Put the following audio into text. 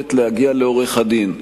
היכולת להגיע לעורך-הדין,